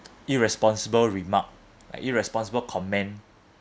irresponsible remark like irresponsible comment